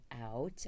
out